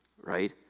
Right